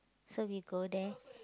so we go there